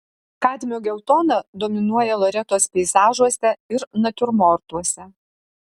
kadmio geltona dominuoja loretos peizažuose ir natiurmortuose